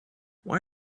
why